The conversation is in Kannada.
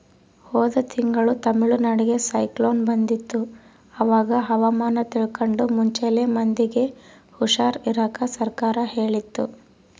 ಹೋದ ತಿಂಗಳು ತಮಿಳುನಾಡಿಗೆ ಸೈಕ್ಲೋನ್ ಬಂದಿತ್ತು, ಅವಾಗ ಹವಾಮಾನ ತಿಳ್ಕಂಡು ಮುಂಚೆಲೆ ಮಂದಿಗೆ ಹುಷಾರ್ ಇರಾಕ ಸರ್ಕಾರ ಹೇಳಿತ್ತು